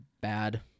bad